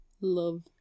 Love